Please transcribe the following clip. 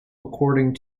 according